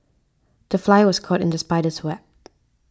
the fly was caught in the spider's web